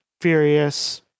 furious